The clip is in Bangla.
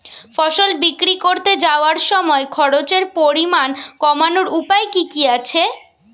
ফসল বিক্রি করতে যাওয়ার সময় খরচের পরিমাণ কমানোর উপায় কি কি আছে?